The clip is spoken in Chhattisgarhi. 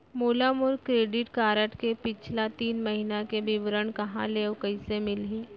मोला मोर क्रेडिट कारड के पिछला तीन महीना के विवरण कहाँ ले अऊ कइसे मिलही?